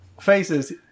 faces